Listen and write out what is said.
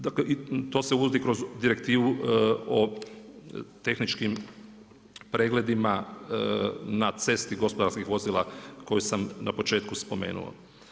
Dakle i to se uvodi kroz Direktivu o tehničkim pregledima na cesti gospodarskih vozila koje sam na početku spomenuo.